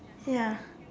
ya